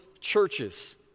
churches